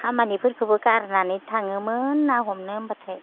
खामानिफोरखौबो गारनानै थाङोमोन ना हमनो होमब्लाथाय